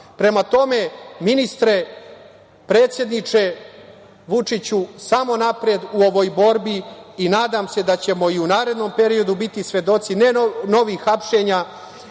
tome, ministre, predsedniče Vučiću, samo napred u ovoj borbi i nadam se da ćemo i u narednom periodu biti svedoci ne novih hapšenja,